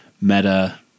meta